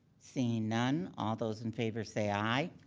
seeing none, all those in favor say aye.